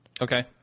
Okay